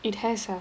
it has uh